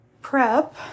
prep